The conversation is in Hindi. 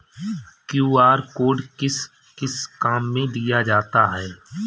क्यू.आर कोड किस किस काम में लिया जाता है?